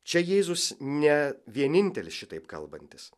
čia jėzus ne vienintelis šitaip kalbantis